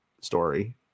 story